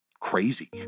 crazy